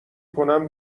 کنم